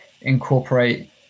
incorporate